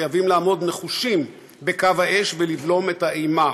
חייבים לעמוד נחושים בקו האש ולבלום את האימה.